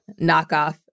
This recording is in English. knockoff